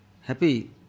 happy